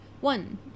one